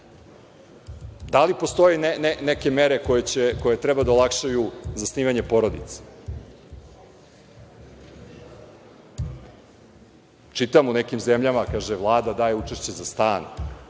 Da li postoje neke mere koje treba da olakšaju zasnivanje porodice? Čitam u nekim zemljama Vlada daje učešće za stan,